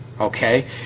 okay